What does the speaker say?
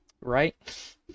right